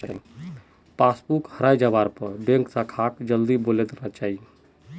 passbook हराई जवार पर बैंक शाखाक जल्दीत बोली देना चाई